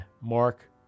Mark